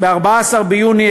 14 ביוני,